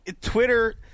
Twitter